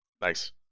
Nice